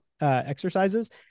exercises